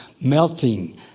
melting